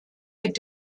mit